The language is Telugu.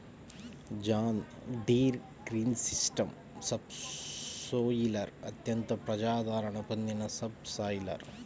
జాన్ డీర్ గ్రీన్సిస్టమ్ సబ్సోయిలర్ అత్యంత ప్రజాదరణ పొందిన సబ్ సాయిలర్